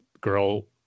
girl